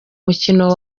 mukino